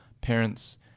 parents